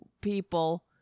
people